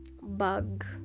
Bug